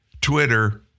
Twitter